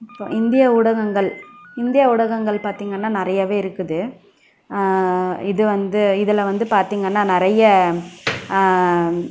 இப்போ இந்திய ஊடகங்கள் இந்தியா ஊடகங்கள் பார்த்திங்கனாநிறையவே இருக்குது இது வந்து இதில் வந்து பார்த்திங்கனா நிறைய